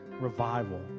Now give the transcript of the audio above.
revival